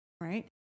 right